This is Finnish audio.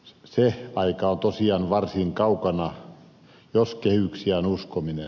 se aika on tosiaan varsin kaukana jos kehyksiä on uskominen